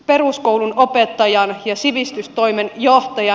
peruskoulun opettajana ja sivistystoimen johtaja